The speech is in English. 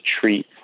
treat